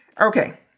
Okay